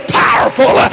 powerful